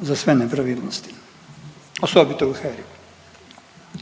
za sve nepravilnosti osobito u HERA-i.